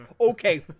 okay